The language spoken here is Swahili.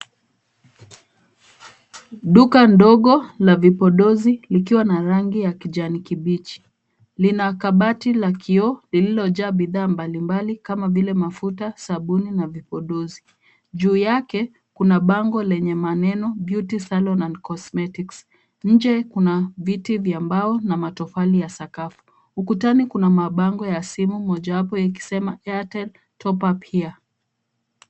Duka ndogo la vipodozi, likiwa na rangi ya kijani kibichi. Lina kabati la kioo lililojaa bidhaa mbalimbali, kama vile mafuta ,sabuni na vipodozi. Juu yake kuna bango lenye maneno, beauty salon and cosmetics . Nje kuna viti vya mbao na matofali ya sakafu. Ukutani kuna mabango ya simu, mojawapo yakisema Airtel Top up here .